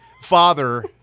father –